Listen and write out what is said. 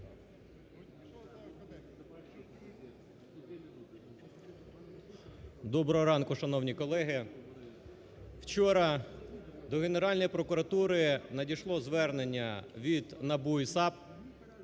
Доброго ранку, шановні колеги! Вчора до Генеральної прокуратури надійшло звернення від НАБУ і САП